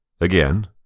again